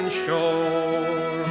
shore